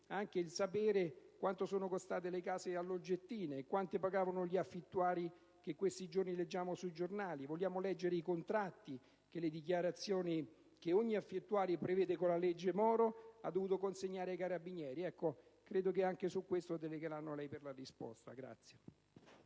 anche di sapere quanto sono costate le case alle "olgettine", quanto pagavano gli affittuari di cui in questi giorni leggiamo sui giornali. Vogliamo leggere i contratti, le dichiarazioni che ogni affittuario, come prevede la legge Moro, ha dovuto consegnare ai carabinieri. Credo che anche su questo delegheranno lei per la risposta.